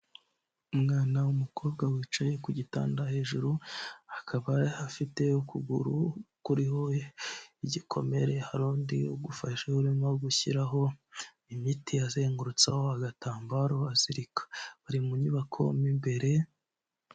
Umwana w'umukobwa wicaye ku gitanda hejuru, akaba afite ukuguru kuriho igikomere, hari undi ugufashe urimo gushyiraho imiti azengurutseho agatambaro azirika, bari mu nyubako mo imbere...